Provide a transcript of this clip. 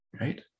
right